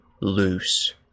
loose